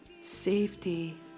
safety